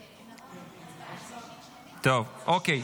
טוב, אוקיי.